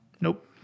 Nope